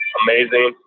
amazing